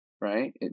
right